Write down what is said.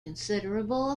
considerable